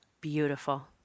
beautiful